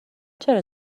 چرا